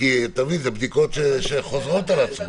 אתה מבין, זה בדיקות שחוזרות על עצמן.